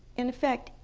in effect,